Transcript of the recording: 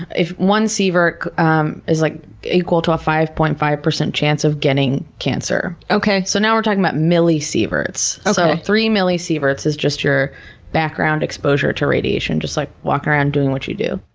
if one sievert um is like equal to a five point five zero chance of getting cancer. okay. so now we're talking about millisieverts. so three millisieverts is just your background exposure to radiation. just, like, walking around doing what you do.